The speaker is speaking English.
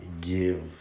give